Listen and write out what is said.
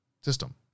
system